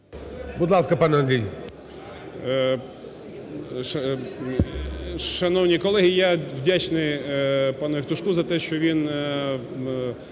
Будь ласка, пане Андрій.